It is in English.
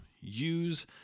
use